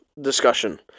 discussion